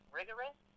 rigorous